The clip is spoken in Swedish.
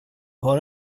har